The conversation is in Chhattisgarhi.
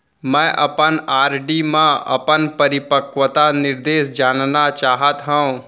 मै अपन आर.डी मा अपन परिपक्वता निर्देश जानना चाहात हव